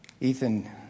Ethan